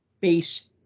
base